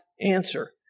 answer